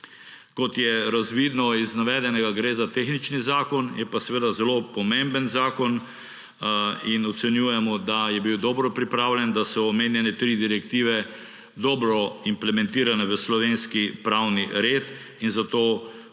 Kot je razvidno iz navedenega, gre za tehnični zakon. Je pa seveda zelo pomemben zakon in ocenjujemo, da je bil dobro pripravljen, da so omenjene tri direktive dobro implementirane v slovenski pravni red. In zato bo